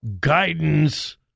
Guidance